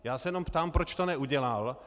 Já se jenom ptám, proč to neudělal.